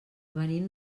venim